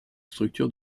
structure